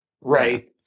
right